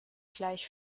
gleich